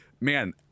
man